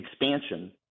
Expansion